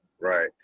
Right